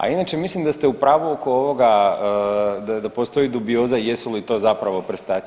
A inače mislim da ste u pravu oko ovoga da postoji dubioza jesu li to zapravo prstaci.